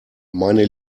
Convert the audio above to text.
meine